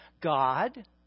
God